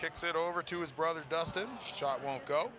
kicks it over to his brother dustin schott won't go